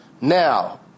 Now